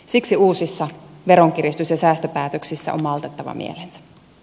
siksi uusissa veronkiristys ja säästöpäätöksissä on maltettava mielensä